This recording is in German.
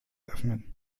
öffnen